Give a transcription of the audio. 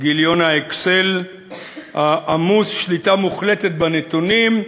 גיליון ה"אקסל" העמוס, שליטה מוחלטת בנתונים,